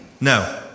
No